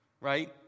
right